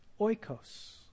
oikos